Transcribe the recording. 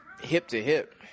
Hip-to-hip